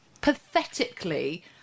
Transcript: pathetically